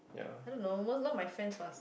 I don't know not not what friends what